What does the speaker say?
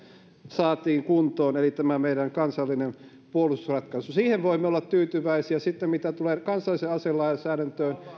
saatiin kuntoon eli tämä meidän kansallinen puolustusratkaisu siihen voimme olla tyytyväisiä sitten mitä tulee kansalliseen aselainsäädäntöön